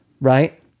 right